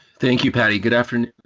thank you, patty. good afternoon.